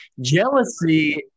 Jealousy